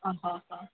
હા હ હ